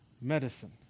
medicine